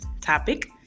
topic